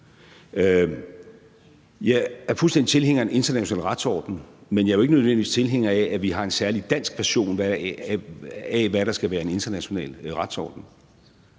tilhænger af en international retsorden, men jeg er jo ikke nødvendigvis tilhænger af, at vi har en særlig dansk version af, hvad der skal være en international retsorden.